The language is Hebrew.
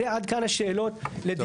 זה, עד כאן השאלות לדיון.